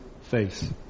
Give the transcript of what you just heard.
face